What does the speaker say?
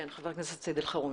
חבר הכנסת סעיד אלחרומי